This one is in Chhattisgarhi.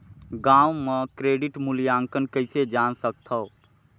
गांव म क्रेडिट मूल्यांकन कइसे जान सकथव?